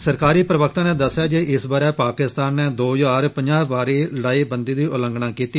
सरकारी प्रवक्ता ने दस्सेआ जे इस ब'रे पाकिस्तान ने दो हजार पंजाह बारी लड़ाईबंदी दी उल्लंघना कीती